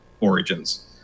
Origins